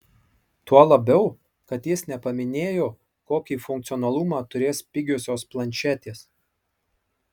tuo labiau kad jis nepaminėjo kokį funkcionalumą turės pigiosios planšetės